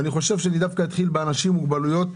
אני אתחיל דווקא באנשים עם מוגבלויות.